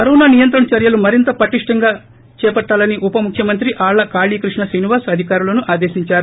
corona నియంత్రణ చర్యలు మరింత పటిష్ణవంతంగా చేపట్టాలని ఉప ముఖ్యమంత్రి ఆళ్ళ కాళీకృష్ణ శ్రీనివాస్ అధికారులను ఆదేశించారు